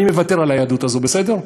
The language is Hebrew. אני מוותר על היהדות הזאת, בסדר?